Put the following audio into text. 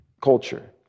culture